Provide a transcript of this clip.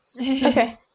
Okay